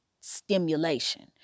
stimulation